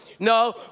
No